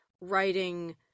writing